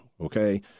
Okay